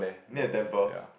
near a temple